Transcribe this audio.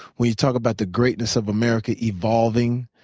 when you talk about the greatness of america evolving,